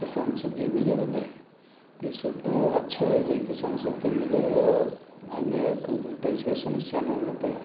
किसान सभके मिलै बला है तऽ ई सुविधा अच्छा है जे किसान सभके मिलय आओर एहिमे कोइ वोल्टेज के समस्या नहि रहते